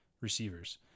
receivers